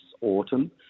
autumn